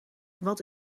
wat